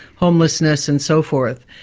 homelessness and so forth.